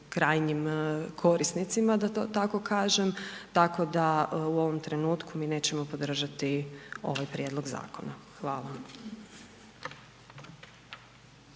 krajnjim korisnicima, da to tako kažem, tako da u ovom trenutku mi nećemo podržati ovaj prijedloga zakona. Hvala.